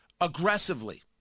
aggressively